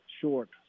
short